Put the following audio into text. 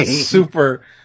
super